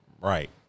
Right